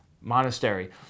Monastery